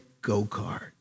go-kart